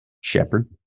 Shepherd